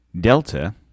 Delta